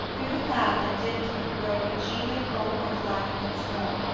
through the cloud that dimmed her broke a genial warmth and light once more,